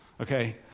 Okay